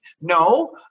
No